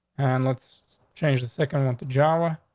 and let's change the second one the job. ah